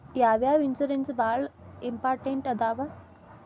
ಯಾವ್ಯಾವ ಇನ್ಶೂರೆನ್ಸ್ ಬಾಳ ಇಂಪಾರ್ಟೆಂಟ್ ಅದಾವ?